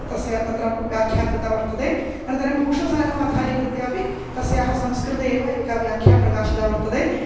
तस्य तत्र व्याख्या कृता वर्तते अनन्तरं भूषणसारमाधारीकृत्य अपि तस्याः संस्कृते एव एका व्याख्या प्रकाशिता वर्तते